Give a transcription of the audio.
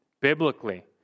biblically